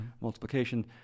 multiplication